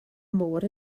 môr